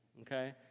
okay